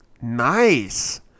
Nice